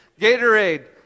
Gatorade